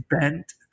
bent